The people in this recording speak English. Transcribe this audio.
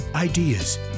Ideas